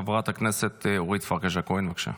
חברת הכנסת אורית פרקש הכהן, בבקשה,